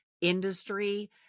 industry